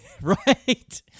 Right